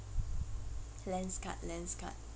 Lenskart Lenskart